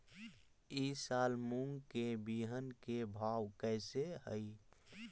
ई साल मूंग के बिहन के भाव कैसे हई?